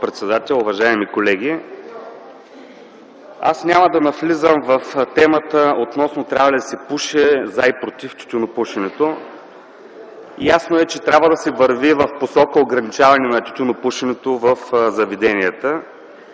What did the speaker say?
председател, уважаеми колеги! Аз няма да навлизам в темата „Трябва ли да се пуши? „За” и „против” тютюнопушенето”. Ясно е, че трябва да се върви в посока ограничаване на тютюнопушенето в заведенията,